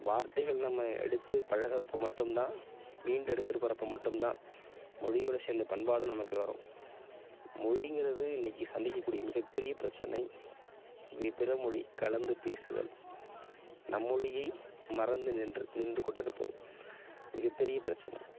வார்த்தைகள் நம்ம எடுத்து பழகுறப்ப மட்டுந்தான் மீண்டு எடுத்துட்டு போகிறப்ப மட்டுந்தான் மொழியோடு சேர்ந்து பண்பாடும் நமக்கு வரும் மொழிங்கிறது இன்னிக்கு சந்திக்கக்கூடிய மிகப்பெரிய பிரச்சனை பிறமொழி கலந்து பேசுதல் நம் மொழியை மறந்து நின்று நின்று கொண்டிருப்பது மிகப்பெரிய பிரச்சனை